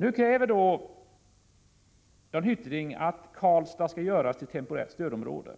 Jan Hyttring kräver att Karlstad skall göras till temporärt stödområde.